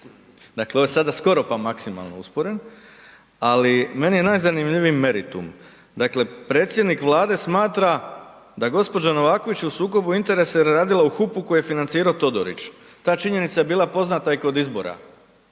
Dakle ovo je sada skoro pa maksimalno usporen. Ali meni je najzanimljiviji meritum, dakle predsjednik Vlade smatra da gospođa Novaković je u sukobu interesa jer je radila u HUP-u koju je financirao Todorić. Ta činjenica je bila poznata i kod izbora.